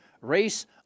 Race